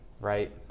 right